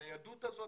הניידות הזאת,